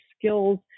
skills